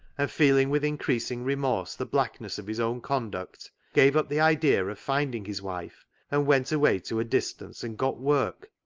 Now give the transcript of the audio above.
and feeling with in creasing remorse the blackness of his own conduct, gave up the idea of finding his wife and went away to a distance and got work.